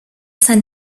san